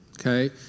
Okay